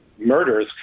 murders